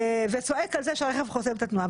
וצועק על זה שהרכב חוסם את התנועה.